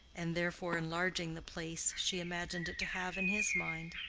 and therefore enlarging the place she imagined it to have in his mind.